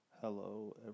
hello